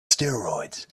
steroids